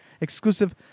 exclusive